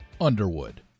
Underwood